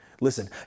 Listen